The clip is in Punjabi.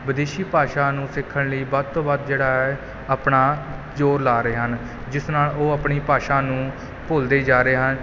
ਵਿਦੇਸ਼ੀ ਭਾਸ਼ਾ ਨੂੰ ਸਿੱਖਣ ਲਈ ਵੱਧ ਤੋਂ ਵੱਧ ਜਿਹੜਾ ਹੈ ਆਪਣਾ ਜੋਰ ਲਾ ਰਹੇ ਹਨ ਜਿਸ ਨਾਲ ਉਹ ਆਪਣੀ ਭਾਸ਼ਾ ਨੂੰ ਭੁੱਲਦੇ ਜਾ ਰਹੇ ਹਨ